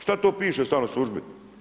Šta to piše u stalnoj službi?